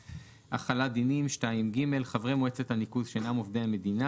החלת דינים2ג.חברי מועצת הניקוז שאינם עודי מדינה,